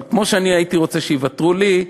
אבל כמו שהייתי רוצה שיוותרו לי,